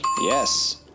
Yes